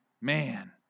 man